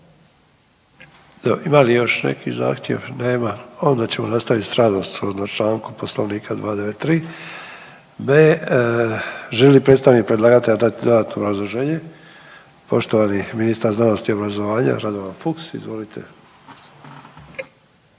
Ima li još neki zahtjev? Nema. Onda ćemo nastaviti s radom sukladno Članku Poslovnika 293b. Želi li predstavnik predlagatelja dati dodatno obrazložene? Poštovani ministar znanosti i obrazovanja Radovan Fuchs, izvolite.